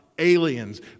aliens